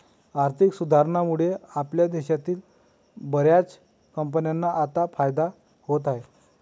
आर्थिक सुधारणांमुळे आपल्या देशातील बर्याच कंपन्यांना आता फायदा होत आहे